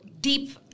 deep